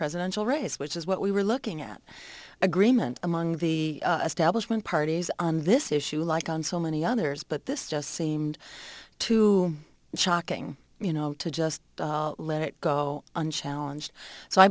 presidential race which is what we were looking at agreement among the establishment parties on this issue like on so many others but this just seemed to shocking you know to just let it go unchallenged so i